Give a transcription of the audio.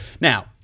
Now